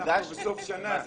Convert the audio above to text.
אנחנו בסוף שנה,